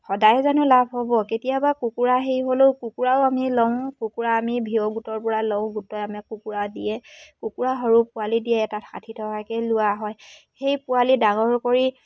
সদায় জানো লাভ হ'ব কেতিয়াবা কুকুৰা হেৰি হ'লেও কুকুৰাও আমি লওঁ কুকুৰা আমি ভি অ' গোটৰপৰা লওঁ গোটেই আমি কুকুৰা দিয়ে কুকুৰা সৰু পোৱালি দিয়ে এটাত ষাঠি টকাকৈয়ে লোৱা হয় সেই পোৱালি ডাঙৰ কৰি